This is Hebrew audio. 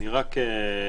רק,